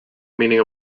meaning